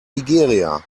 nigeria